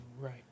Right